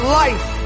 life